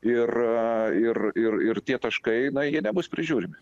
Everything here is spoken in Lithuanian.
ir ir ir ir tie taškai na jie nebus prižiūrimi